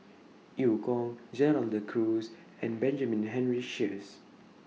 EU Kong Gerald De Cruz and Benjamin Henry Sheares